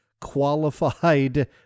qualified